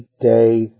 day